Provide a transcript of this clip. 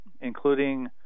including